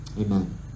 Amen